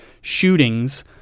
shootings